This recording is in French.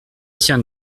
tiens